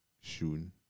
shooting